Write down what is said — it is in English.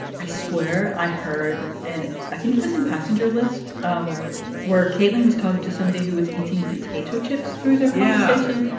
i swear, i heard and i think it was in passenger list um where kaitlyn was talking to somebody who was eating potato chips through their conversation.